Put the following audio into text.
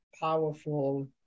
powerful